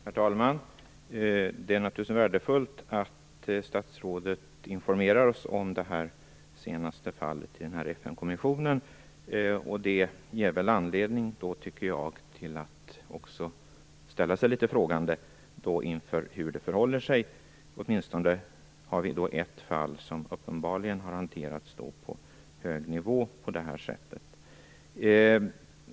Herr talman! Det är naturligtvis värdefullt att statsrådet informerar oss om det senaste fallet i den här FN-kommissionen. Det ger, tycker jag då, anledning att också ställa sig litet frågande till hur det förhåller sig; då har vi åtminstone ett fall som uppenbarligen har hanterats på det här sättet på hög nivå.